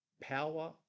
power